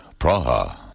Praha